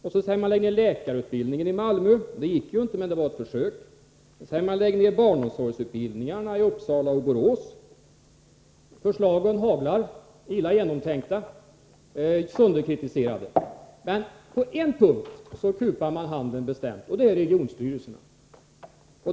Sedan säger man: Lägg ned läkarutbildningen i Malmö. Det gick inte, men det var ett försök. Man säger vidare: Lägg ned barnomsorgsutbildningarna i Uppsala och Borås. Förslagen haglar alltså, illa genomtänkta och sönderkritiserade. Men på en viss punkt kupar man handen bestämt — det gäller regionstyrelserna.